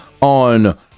on